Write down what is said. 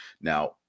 Now